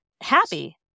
happy